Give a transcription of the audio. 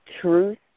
truth